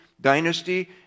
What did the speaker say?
dynasty